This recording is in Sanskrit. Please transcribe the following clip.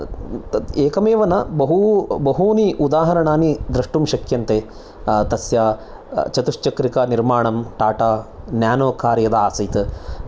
एकम् एव न बहू बहूनि उदाहरणानि द्रष्टुं शक्यन्ते तस्य चतुष्चक्रिकानिर्माणं टाटा नेनो कार् यदा आसीत्